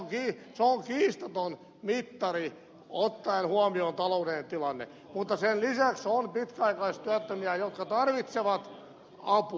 se on kiistaton mittari ottaen huomioon taloudellinen tilanne mutta sen lisäksi on pitkäaikaistyöttömiä jotka tarvitsevat apua